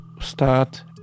start